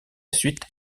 suite